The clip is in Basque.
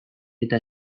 eta